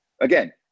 again